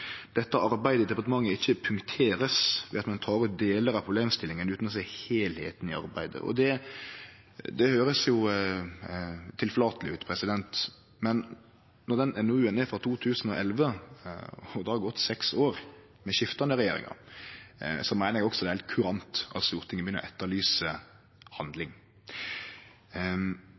dette arbeidet i departementet «ikke punkteres ved at man tar ut deler av problemstillingene, uten å se helheten i arbeidet». Det høyrest jo tilforlateleg ut, men når den NOU-en er frå 2011, og det har gått seks år, med skiftande regjeringar, meiner eg det er heilt kurant at Stortinget begynner å etterlyse handling.